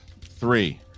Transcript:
three